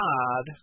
God